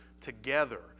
together